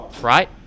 Right